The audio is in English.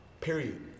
period